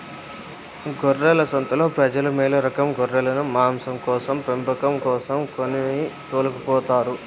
గొర్రెల సంతలో ప్రజలు మేలురకం గొర్రెలను మాంసం కోసం పెంపకం కోసం కొని తోలుకుపోతారు